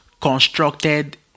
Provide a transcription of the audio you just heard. constructed